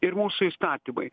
ir mūsų įstatymai